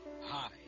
Hi